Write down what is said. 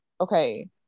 okay